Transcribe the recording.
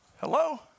Hello